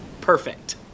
perfect